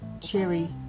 cherry